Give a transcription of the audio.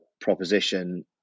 proposition